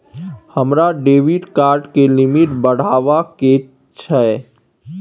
हमरा debit card के limit बढावा के छै